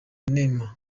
neema